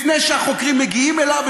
לפני שהחוקרים מגיעים אליו,